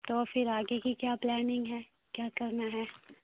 تو پھر آگے کی کیا پلاننگ ہے کیا کرنا ہے